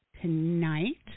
tonight